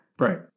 Right